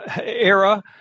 era